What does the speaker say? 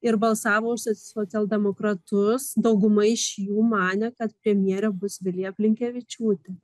ir balsavo už soc socialdemokratus dauguma iš jų manė kad premjerė bus vilija blinkevičiūtė